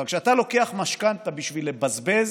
אבל כשאתה לוקח משכנתה כדי לבזבז,